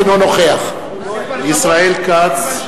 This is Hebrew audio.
אינו נוכח ישראל כץ,